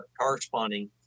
corresponding